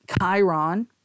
Chiron